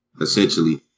Essentially